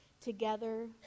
Together